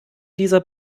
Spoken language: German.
dieser